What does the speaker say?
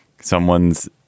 someone's